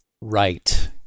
Right